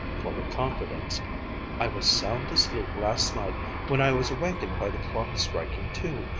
full of confidence i was sound asleep last night when i was awakened by the clock's striking two.